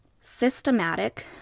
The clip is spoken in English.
systematic